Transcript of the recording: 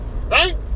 Right